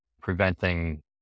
preventing